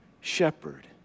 shepherd